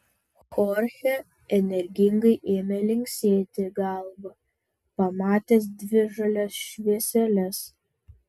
chorchė energingai ėmė linksėti galva pamatęs dvi žalias švieseles